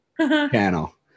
channel